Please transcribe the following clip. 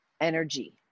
energy